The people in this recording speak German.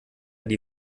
die